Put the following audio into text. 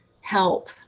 help